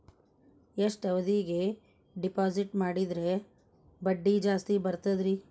ಎಷ್ಟು ಅವಧಿಗೆ ಡಿಪಾಜಿಟ್ ಮಾಡಿದ್ರ ಬಡ್ಡಿ ಜಾಸ್ತಿ ಬರ್ತದ್ರಿ?